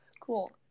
cool